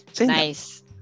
Nice